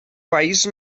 wise